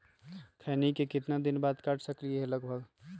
खैनी को कितना दिन बाद काट सकलिये है लगभग?